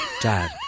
Dad